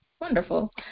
Wonderful